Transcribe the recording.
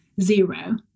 Zero